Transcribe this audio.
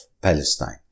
Palestine